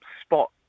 spot